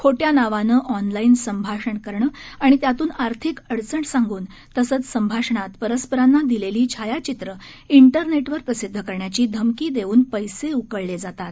खोट्या नावानं ऑनलाईन संभाषण करणं आणि त्यातून आर्थिक अडचण सांगून तसंच संभाषणात परस्परांना दिलेली छायाचित्र इंटरनेटवर प्रसिद्ध करण्याची धमकी देऊन पैसे उकळले जातात